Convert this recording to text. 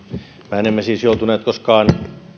mehän emme siis joutuneet koskaan